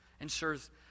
ensures